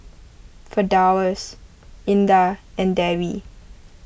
Firdaus Indah and Dewi